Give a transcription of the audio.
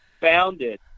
founded